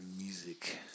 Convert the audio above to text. music